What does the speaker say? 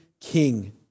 king